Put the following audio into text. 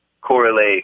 correlate